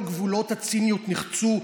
כל גבולות הציניות נחצו.